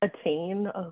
attain